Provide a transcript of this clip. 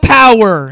power